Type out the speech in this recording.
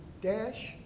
dash